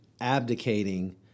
abdicating